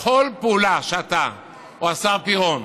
בכל פעולה שאתה או השר פירון,